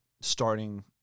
starting